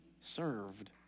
served